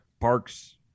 parks